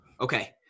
Okay